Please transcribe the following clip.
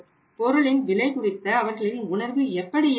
பொருளின் விலை குறித்த அவர்களின் உணர்வு எப்படி இருக்கிறது